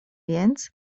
więc